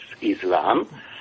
Islam